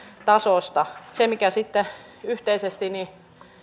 tasosta se mikä sitten yhteisesti